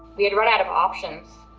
we had run out of options.